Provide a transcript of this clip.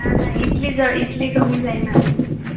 ना ना इतली ज इतली कमी जायना